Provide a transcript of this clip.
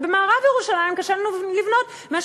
ובמערב-ירושלים קשה לנו לבנות מפני